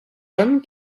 hommes